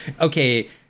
okay